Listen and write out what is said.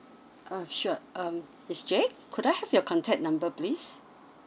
ah sure um miss jade could I have your contact number please